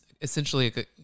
essentially